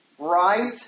Right